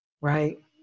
right